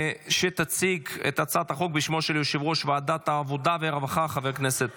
שתציג את הצעת החוק בשמו של יושב-ראש ועדת העבודה והרווחה חבר הכנסת